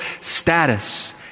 status